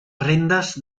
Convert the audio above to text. rendes